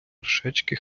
вершечки